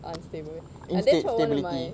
unstable that's why one of why